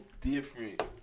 different